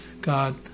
God